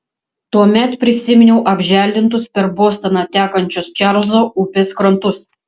tuomet prisiminiau apželdintus per bostoną tekančios čarlzo upės krantus